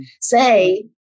say